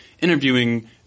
interviewing